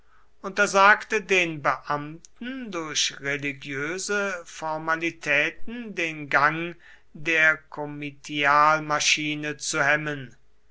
untersagte den beamten durch religiöse formalitäten den gang der komitialmaschine zu hemmen